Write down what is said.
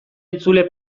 entzule